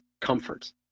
comfort